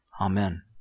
Amen